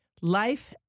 life